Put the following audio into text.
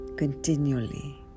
Continually